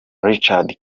rachid